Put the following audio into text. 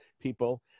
people